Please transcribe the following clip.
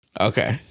Okay